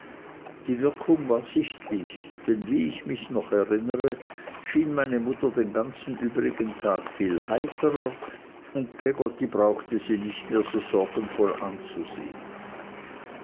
die wirkung war sichtlich denn wie ich mich noch erinnere schien meine mutter den ganzen übrigen tag viel heiterer und peggotty brauchte sie nicht mehr so sorgenvoll anzusehen